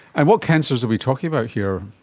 and what cancers are we talking about here?